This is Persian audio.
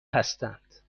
هستند